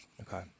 Okay